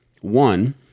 One